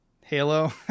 halo